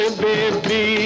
baby